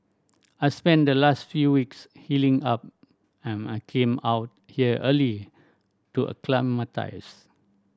I spent the last few weeks healing up and I came out here early to acclimatise